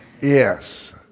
yes